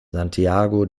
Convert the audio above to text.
santiago